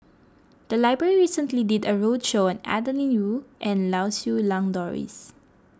the library recently did a roadshow on Adeline Ooi and Lau Siew Lang Doris